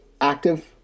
active